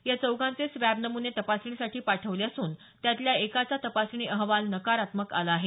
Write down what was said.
या चौघांचे स्वॅब नमुने तपासणीसाठी पाठवले असून त्यातल्या एकाचा तपासणी अहवाल नकारात्मक आला आहे